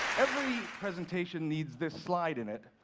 every presentation needs this slide in it.